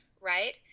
right